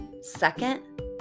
Second